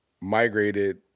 migrated